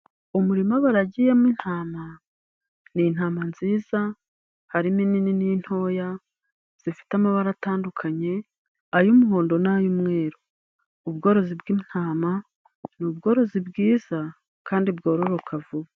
Umurima baragiyemo intama . Ni intama nziza, harimo inini n'intoya. Zifite amabara atandukanye, ay'umuhondo n'ay'umweru. Ubworozi bw'intama ni ubworozi bwiza kandi bwororoka vuba.